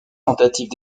tentatives